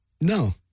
No